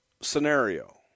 scenario